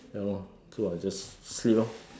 ya lor so I just sleep lor